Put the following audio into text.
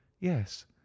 yes